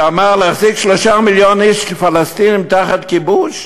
כשאמר: להחזיק 3 מיליון איש פלסטינים תחת כיבוש?